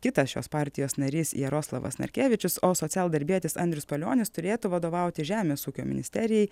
kitas šios partijos narys jaroslavas narkevičius o socialdarbietis andrius palionis turėtų vadovauti žemės ūkio ministerijai